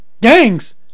gangs